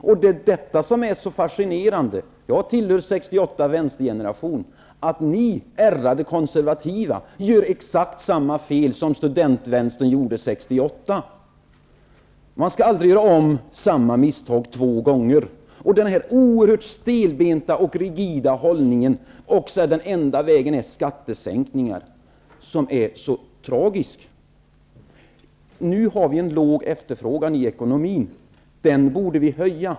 Det är detta som är så fascinerande. Jag tillhör 1968 års vänstergeneration, och jag kan se att ni ärrade konservativa gör exakt samma fel som studentvänstern gjorde 1968. Man skall aldrig göra om samma misstag två gånger. Ni har en så oerhört stelbent och regid hållning där den enda vägen är skattesänkningar. Det är det tragiska. Nu har vi en liten efterfrågan i ekonomin. Den borde vi höja.